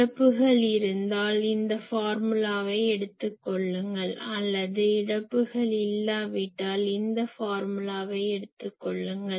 இழப்புகள் இருந்தால் இந்த ஃபார்முலாவை எடுத்துக் கொள்ளுங்கள் அல்லது இழப்புகள் இல்லாவிட்டால் இந்த ஃபார்முலாவை எடுத்துக் கொள்ளுங்கள்